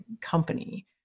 company